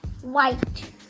white